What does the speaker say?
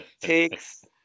takes